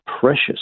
precious